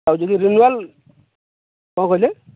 ଆଉ ଯଦି ରିନ୍ୟୁଆଲ୍ କ'ଣ କହିଲେ